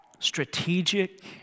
strategic